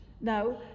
Now